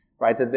Right